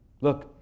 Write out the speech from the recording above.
Look